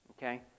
Okay